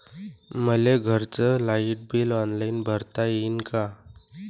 मले घरचं light bill online भरता येईन का?